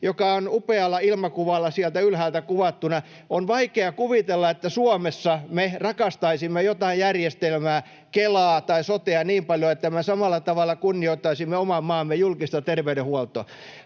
joka on upealla ilmakuvalla sieltä ylhäältä kuvattuna. On vaikea kuvitella, että Suomessa me rakastaisimme jotain järjestelmää, Kelaa tai sotea, niin paljon, että me samalla tavalla kunnioittaisimme oman maamme julkista terveydenhuoltoa.